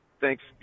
Thanks